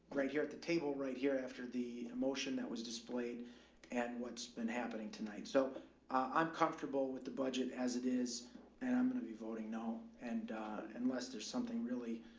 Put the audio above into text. right here at the table right here after the emotion that was displayed and what's been happening tonight. so i'm comfortable with the budget as it is and i'm going to be voting no. and unless there's something really,